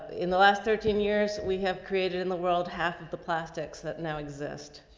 in the last thirteen years we have created in the world half of the plastics that now exist.